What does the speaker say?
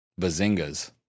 bazingas